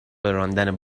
راندن